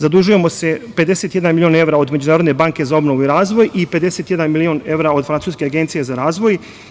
Zadužujemo se 51 milion evra od Međunarodne banke za obnovu i razvoj i 51 milion evra od Francuske agencije za razvoj.